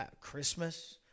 Christmas